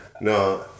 No